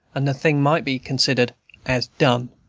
and the thing might be considered as done.